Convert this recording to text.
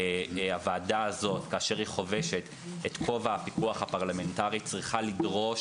שהוועדה הזאת כאשר היא חובשת את כובע הפיקוח הפרלמנטרי היא צריכה לדרוש